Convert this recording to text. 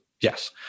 Yes